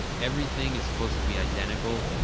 everything is supposed to be identical.